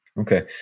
Okay